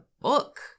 book